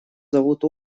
зовут